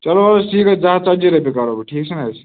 چلو حظ ٹھیٖک حظ زٕ ہَتھ ژَتجی رۄپیہِ کَرو بہٕ ٹھیٖک چھُنہٕ حظ